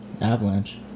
Avalanche